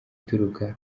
ituruka